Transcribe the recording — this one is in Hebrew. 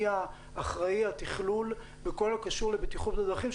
מי האחראי על תכלול בכל הקשור לבטיחות בדרכים,